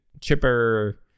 chipper